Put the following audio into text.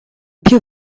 più